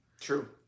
True